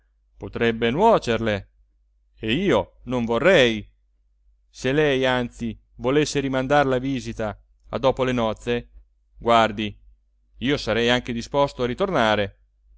sorrise potrebbe nuocerle e io non vorrei se lei anzi volesse rimandar la visita a dopo le nozze guardi io sarei anche disposto a ritornare